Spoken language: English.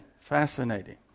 Fascinating